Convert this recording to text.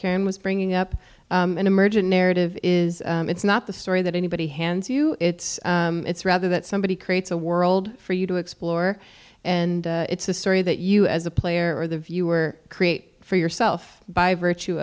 karen was bringing up an emergent narrative is it's not the story that anybody hands you it's it's rather that somebody creates a world for you to explore and it's a story that you as a player or the viewer create for yourself by virtue